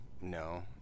no